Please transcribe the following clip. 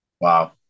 Wow